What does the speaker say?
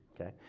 Okay